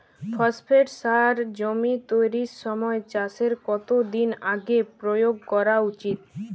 Phosphate সার জমি তৈরির সময় চাষের কত দিন আগে প্রয়োগ করা উচিৎ?